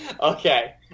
Okay